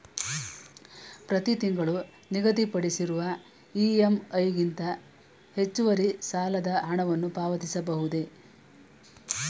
ಪ್ರತಿ ತಿಂಗಳು ನಿಗದಿಪಡಿಸಿರುವ ಇ.ಎಂ.ಐ ಗಿಂತ ಹೆಚ್ಚುವರಿ ಸಾಲದ ಹಣವನ್ನು ಪಾವತಿಸಬಹುದೇ?